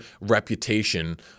reputation